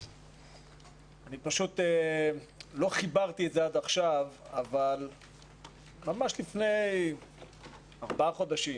אני פשוט לא חיברתי את זה עד עכשיו אבל ממש לפני ארבעה חודשים